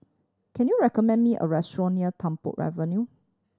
can you recommend me a restaurant near Tung Po Avenue